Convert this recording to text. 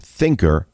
thinker